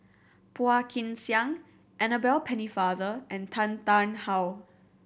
Phua Kin Siang Annabel Pennefather and Tan Tarn How